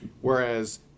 Whereas